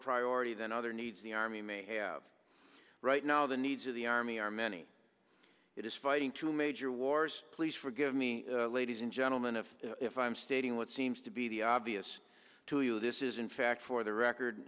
priority than other needs the army may have right now the needs of the army are many it is fighting two major wars please forgive me ladies and gentlemen if if i'm stating what seems to be the obvious to you this is in fact for the record